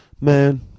man